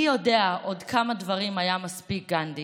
מי יודע עוד כמה דברים היה מספיק גנדי